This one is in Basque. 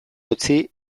utzi